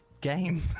game